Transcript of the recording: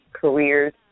careers